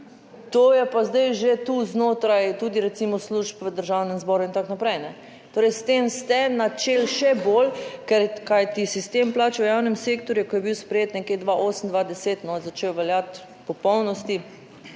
to je pa zdaj že tu znotraj tudi recimo služb v Državnem zboru in tako naprej, torej, s tem ste načeli še bolj kajti sistem plač v javnem sektorju, ko je bil sprejet nekje 2008, 2010 začel veljati v popolnosti,